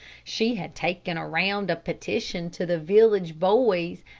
she had taken around a petition to the village boys,